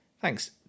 Thanks